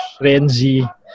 Renzi